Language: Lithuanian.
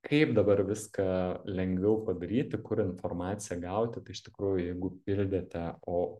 kaip dabar viską lengviau padaryti kur informaciją gauti tai iš tikrųjų jeigu pildėte o